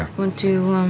want to